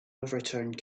overturned